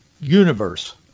universe